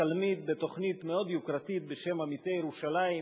תלמיד בתוכנית מאוד יוקרתית בשם "עמיתי ירושלים",